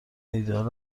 ایدهآلم